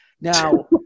Now